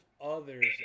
others